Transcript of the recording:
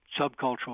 subcultural